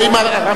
ואני מאוד